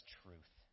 truth